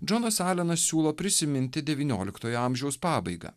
džonas alenas siūlo prisiminti devynioliktojo amžiaus pabaigą